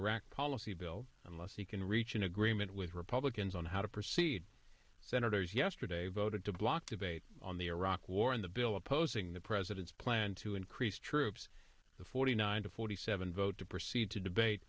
iraq policy bill unless he can reach an agreement with republicans on how to proceed senators yesterday voted to block debate on the iraq war and the bill opposing the president's plan to increase troops forty nine to forty seven vote to proceed to debate